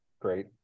great